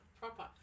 Proper